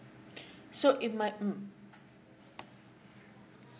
so in my mm